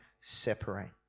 separate